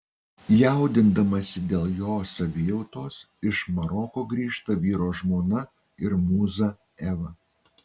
jaudindamasi dėl jo savijautos iš maroko grįžta vyro žmona ir mūza eva